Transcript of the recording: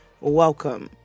Welcome